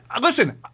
listen